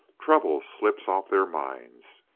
trouble slips off their minds.